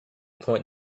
point